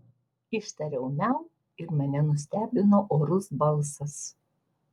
ištariau miau ir mane nustebino orus balsas